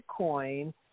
Bitcoin